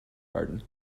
garden